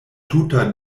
tuta